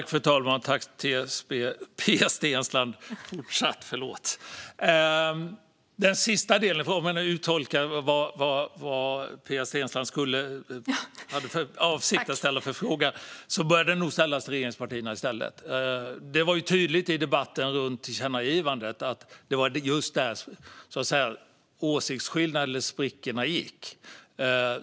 Fru talman! Tack, Pia Steensland! Jag försöker uttolka vad Pia Steensland hade för avsikt att fråga i slutet av sitt anförande, och den frågan bör nog ställas till regeringspartierna i stället. Det var tydligt i debatten om tillkännagivandet att det var just där åsiktsskillnaderna, eller sprickorna, gick.